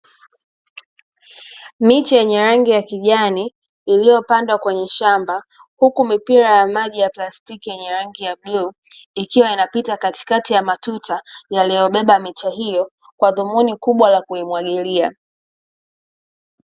Miche yenye rangi ya kijani iliyopandwa kwenye shamba, huku mipira ya maji ya plastiki yenye rangi ya bluu, ikiwa inapita katikati ya matuta, yaliyobeba miche hiyo, kwa dhumuni kubwa la kuimwagilia.